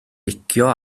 licio